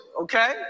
okay